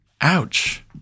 ouch